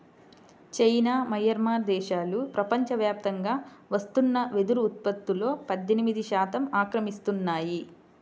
China, Myanmar దేశాలు ప్రపంచవ్యాప్తంగా వస్తున్న వెదురు ఉత్పత్తులో పద్దెనిమిది శాతం ఆక్రమిస్తున్నాయి